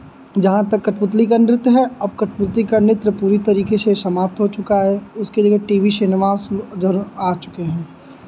जहाँ तक कठपुतली का नृत्य है अब कठपुतली का नृत्य पूरी तरीके से समाप्त हो चुका है उसकी जगह टी वी सिनेमाज़ उधर आ चुके हैं